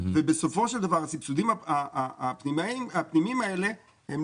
בסופו של דבר, הסבסודים הפנימיים האלה הם